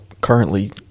currently